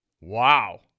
Wow